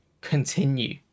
Continue